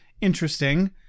interesting